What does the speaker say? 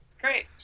Great